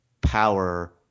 power